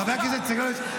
חבר הכנסת סגלוביץ',